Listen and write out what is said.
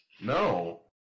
No